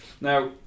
Now